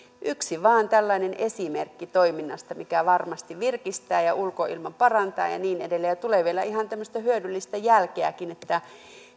vain yksi tällainen esimerkki toiminnasta mikä varmasti virkistää ja ulkoilma parantaa ja ja niin edelleen ja tulee vielä ihan tämmöistä hyödyllistä jälkeäkin